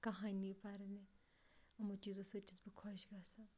کہانی پَرنہِ یِمو چیٖزو سۭتۍ چھس بہٕ خۄش گژھان